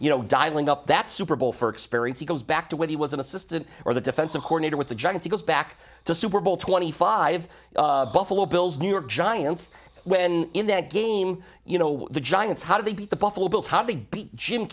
you know dialing up that super bowl for experience he goes back to when he was an assistant or the defensive coordinator with the giants goes back to super bowl twenty five buffalo bills new york giants when in that game you know the giants how do they beat the buffalo bills how they beat jim